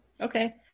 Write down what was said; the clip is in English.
Okay